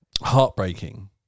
heartbreaking